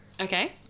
Okay